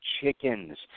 chickens